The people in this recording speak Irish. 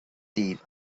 daoibh